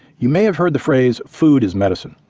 you may have heard the phrase food is medicine.